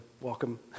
welcome